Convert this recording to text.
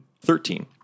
Thirteen